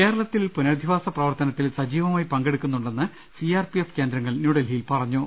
കേരളത്തിൽ പുനരധിവാസ പ്രവർത്തനത്തിൽ സജീവമായി പങ്കെടുക്കുന്നുണ്ടെന്ന് സിആർപിഎഫ് കേന്ദ്രങ്ങൾ ന്യൂഡൽഹി യിൽ അറിയിച്ചു